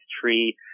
tree